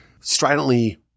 stridently